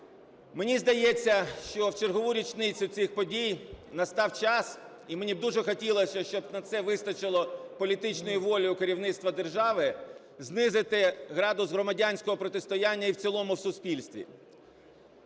Мені здається, що в чергову річницю цих подій настав час, і мені б дуже хотілося, щоб на це вистачило політичної волі у керівництва держави, знизити градус громадянського протистояння і в цілому в суспільстві.